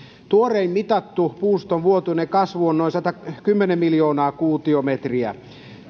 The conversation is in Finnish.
tuorein mitattu puuston vuotuinen kasvu on noin satakymmentä miljoonaa kuutiometriä